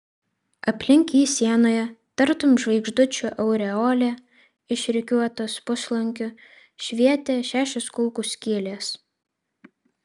aplink jį sienoje tartum žvaigždučių aureolė išrikiuotos puslankiu švietė šešios kulkų skylės